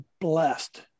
blessed